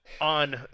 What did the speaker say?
on